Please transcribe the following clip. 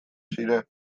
ziren